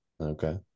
Okay